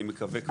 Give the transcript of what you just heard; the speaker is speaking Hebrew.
אני מקווה,